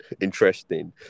Interesting